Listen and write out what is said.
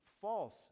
False